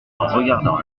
regardant